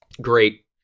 great